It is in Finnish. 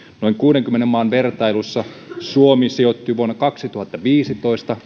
noin kuudenkymmenen maan vertailussa suomi sijoittui kolmeksikymmeneksikahdeksi vuonna kaksituhattaviisitoista